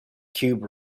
cube